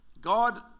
god